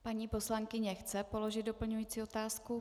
Paní poslankyně chce položit doplňující otázku, prosím.